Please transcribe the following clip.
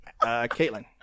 Caitlin